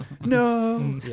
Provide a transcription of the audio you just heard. no